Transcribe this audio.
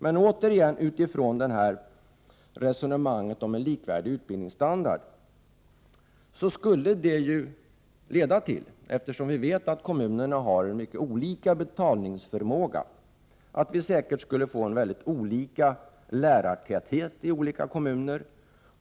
Men det skulle säkert, för att återknyta till resonemanget om en likvärdig utbildningsstandard, leda till — vi vet ju att kommunerna har mycket olika betalningsförmåga — att lärartätheten varierade mycket i olika kommuner.